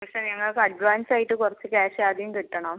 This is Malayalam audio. പക്ഷെ ഞങ്ങൾക്ക് അഡ്വാൻസായിട്ട് കുറച്ച് ക്യാഷ് ആദ്യം കിട്ടണം